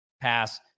pass